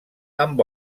amb